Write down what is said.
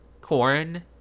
Corn